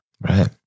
Right